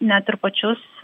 net ir pačius